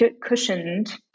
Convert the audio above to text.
cushioned